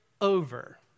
over